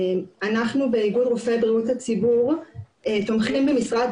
אנחנו באיגוד רופאי בריאות הציבור תומכים במשרד